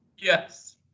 Yes